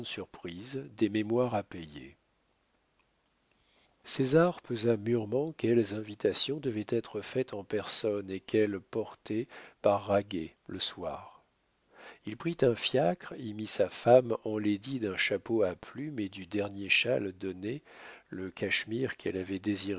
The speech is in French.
des mémoires à payer césar pesa mûrement quelles invitations devaient être faites en personne et quelles portées par raguet le soir il prit un fiacre y mit sa femme enlaidie d'un chapeau à plumes et du dernier châle donné le cachemire qu'elle avait désiré